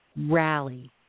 rally